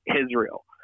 Israel